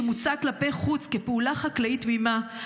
שמוצג כלפי חוץ כפעולה חקלאית תמימה,